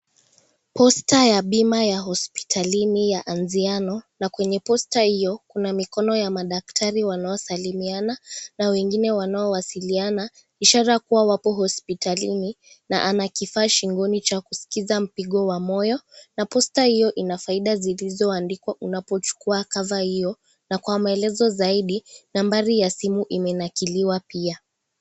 Posta ya bima ya hospitalini ya Anziano na kwenye posta hiyo, kuna mikono ya madaktari wanaosalimiana na wengine wanaowasiliana ishara kuwa wapo hospitalini na ana kifaa shingoni cha kusikiza mpigo wa moyo na posta hiyo ina faida zilizoandikwa unapochukua kava hiyo na kwa maelezo zaidi, nambari ya simu imenakiliwa pia.